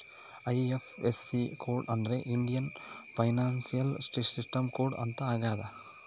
IFSC code ಅಂದ್ರೆ Indian financial system code ಅಂತ ಆಗ್ಯದ